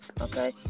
okay